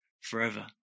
forever